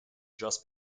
just